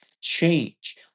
change